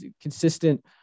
consistent